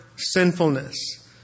Sinfulness